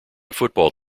football